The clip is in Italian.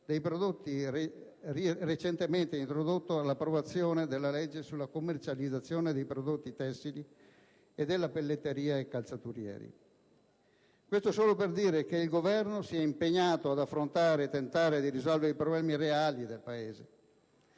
dei prodotti recentemente introdotto con l'approvazione della legge sulla commercializzazione dei prodotti tessili, calzaturieri e della pelletteria. Dico questo solo per rilevare che il Governo si è impegnato ad affrontare e a tentare di risolvere i problemi reali del Paese.